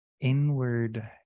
inward